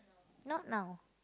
not now